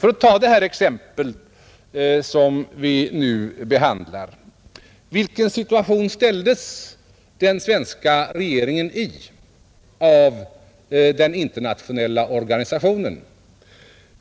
För att ta det ärende vi nu behandlar som exempel: Vilken situation ställdes den svenska regeringen i av den internationella organisationen?